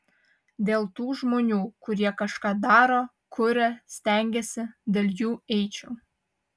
dėl tų žmonių kurie kažką daro kuria stengiasi dėl jų eičiau